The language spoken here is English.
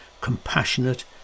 compassionate